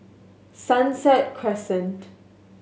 Sunset Crescent